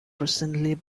presently